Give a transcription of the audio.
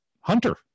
Hunter